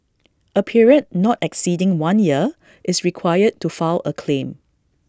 A period not exceeding one year is required to file A claim